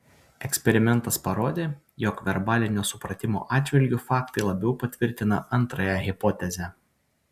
eksperimentas parodė jog verbalinio supratimo atžvilgiu faktai labiau patvirtina antrąją hipotezę